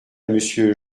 monsieur